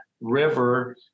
river